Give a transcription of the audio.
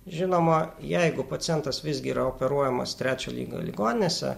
žinoma jeigu pacientas visgi yra operuojamas trečio lygio ligoninėse